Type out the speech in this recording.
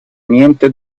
niente